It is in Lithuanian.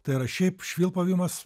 tai yra šiaip švilpavimas